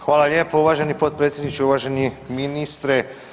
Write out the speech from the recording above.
Hvala lijepo uvaženi potpredsjedniče, uvaženi ministre.